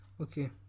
Okay